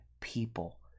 people